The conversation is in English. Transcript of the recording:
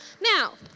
Now